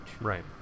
Right